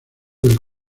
del